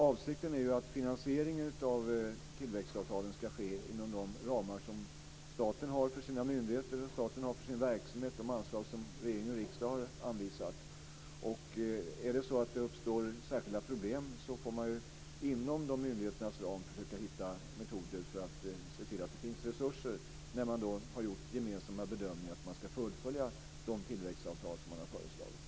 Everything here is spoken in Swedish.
Avsikten är att finansieringen av tillväxtavtalen ska ske inom de ramar som staten har för sina myndigheter och sin verksamhet, de anslag som regering och riksdag har anvisat. Uppstår det särskilda problem får man inom myndigheternas ram försöka hitta metoder för att se till att det finns resurser när man har gjort den gemensam bedömningen att man ska fullfölja de tillväxtavtal man har föreslagit.